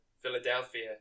Philadelphia